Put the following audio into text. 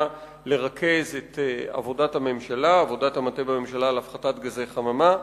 לרכז את עבודת מטה הממשלה להפחתת גזי החממה.